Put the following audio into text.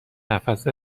نفس